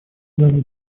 зале